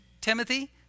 Timothy